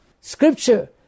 Scripture